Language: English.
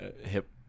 hip